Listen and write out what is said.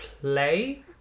play